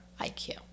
IQ